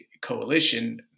coalition